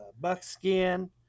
buckskin